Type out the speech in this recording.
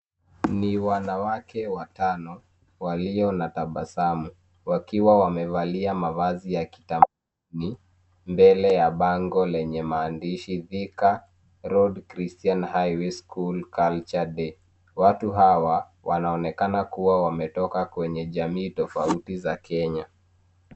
Ni wanawake watano walio na tabasamu wakiwa wamevalia mavazi ya kitamaduni mbele ya bango lenye maandishi Thika Road Christian High School culture day . Watu hao wanaonekana kuwa wametoka kwenye jamii tofauti za Kenya.